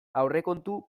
aurrekontu